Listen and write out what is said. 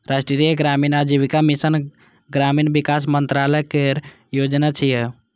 राष्ट्रीय ग्रामीण आजीविका मिशन ग्रामीण विकास मंत्रालय केर योजना छियै